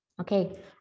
Okay